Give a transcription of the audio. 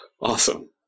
Awesome